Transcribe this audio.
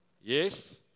Yes